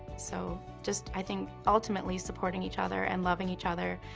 so, just, i think ultimately supporting each other, and loving each other,